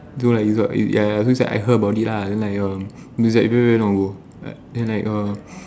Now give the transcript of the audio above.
no lah is what ya it's like I heard about it lah then it's like um it's like very very long ago then like uh